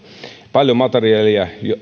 paljon materiaalia